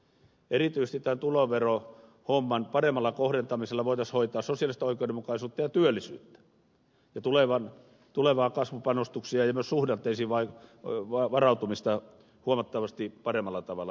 erityisesti tämän tuloverohomman paremmalla kohdentamisella voitaisiin hoitaa sosiaalista oikeudenmukaisuutta ja työllisyyttä ja tulevia kasvupanostuksia ja myös suhdanteisiin varautumista huomattavasti paremmalla tavalla